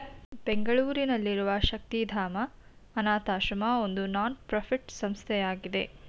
ಬೆಂಗಳೂರಿನಲ್ಲಿರುವ ಶಕ್ತಿಧಾಮ ಅನಾಥಶ್ರಮ ಒಂದು ನಾನ್ ಪ್ರಫಿಟ್ ಸಂಸ್ಥೆಯಾಗಿದೆ